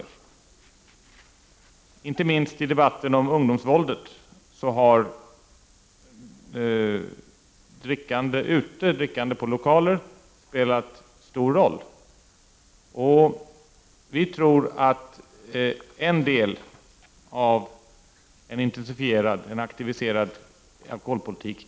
Drickandet på lokaler spelar en stor roll, inte minst då det gäller ungdomsvåldet. Vi tror att en höjning av åldersgränsen kan vara en del av en intensifierad alkoholpolitik.